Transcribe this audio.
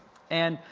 and,